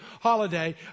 holiday